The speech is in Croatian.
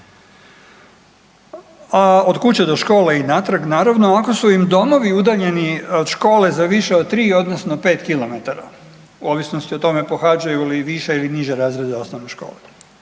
a od kuće do škole i natrag naravno ako su im domovi udaljeno od škole za više od 3 odnosno 5 km u ovisnosti o tome pohađaju li više ili niže razrede osnovne škole.